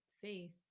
faith